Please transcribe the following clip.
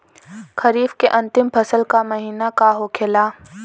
खरीफ के अंतिम फसल का महीना का होखेला?